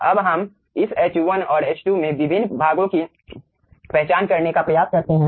अब हम इस H1 और H2 में विभिन्न भागों की पहचान करने का प्रयास करते हैं